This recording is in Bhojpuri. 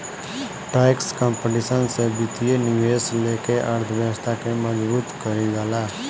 टैक्स कंपटीशन से वित्तीय निवेश लेके अर्थव्यवस्था के मजबूत कईल जाला